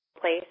place